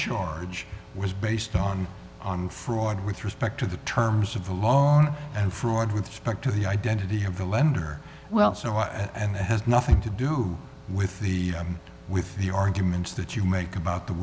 charge was based on on fraud with respect to the terms of the law and fraud with back to the identity of the lender well so and that has nothing to do with the with the arguments that you make about the